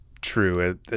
true